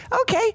Okay